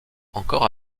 encore